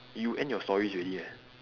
you end your stories already meh